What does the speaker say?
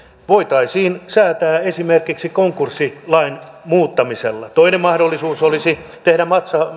voitaisiin säätää esimerkiksi konkurssilain muuttamisella toinen mahdollisuus olisi tehdä